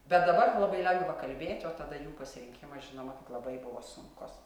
bet dabar labai lengva kalbėt o tada jų pasirinkimas žinoma tik labai buvo sunkus